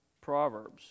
Proverbs